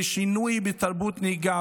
ושינוי בתרבות הנהיגה,